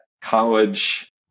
college